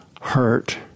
hurt